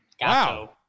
Wow